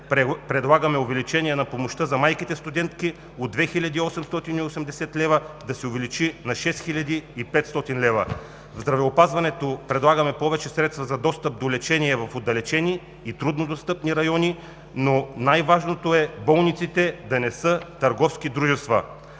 Предлагаме да се увеличи помощта за майките студентки от 2880 лв. да се увеличи на 6500 лв. В здравеопазването предлагаме повече средства за достъпа за лечение в отдалечени и труднодостъпни райони, но най-важното е болниците да не са търговски дружества.